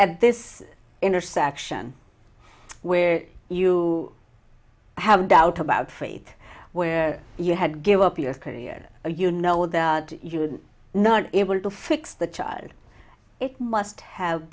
at this intersection where you have doubt about freight where you had to give up your career or you know that you would not be able to fix the child it must have